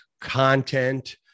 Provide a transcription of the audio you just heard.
content